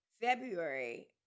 February